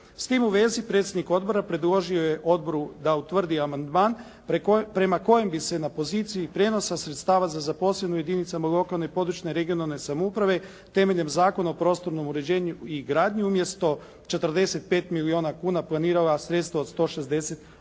S tim u vezi predsjednik odbora predložio je odboru da utvrdi amandman prema kojem bi se na poziciji prijenosa sredstava za zaposlenost u jedinicama lokalne, područne i regionalne samouprave temeljem Zakon o prostornom uređenju i gradnji umjesto 45 milijuna kuna planirala sredstva od 168